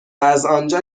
ازآنجا